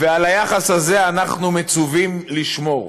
ועל היחס הזה אנחנו מצווים לשמור.